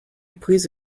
please